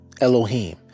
Elohim